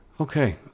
Okay